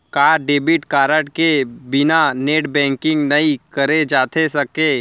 का debit card के बिना नेट बैंकिंग नई करे जाथे सके?